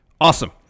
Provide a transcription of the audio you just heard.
awesome